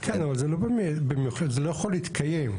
כן, אבל זה לא יכול להתקיים.